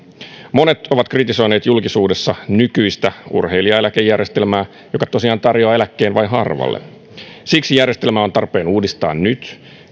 monet ovat kritisoineet julkisuudessa nykyistä urheilijaeläkejärjestelmää joka tosiaan tarjoaa eläkkeen vain harvalle siksi järjestelmää on tarpeen uudistaa nyt